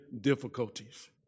difficulties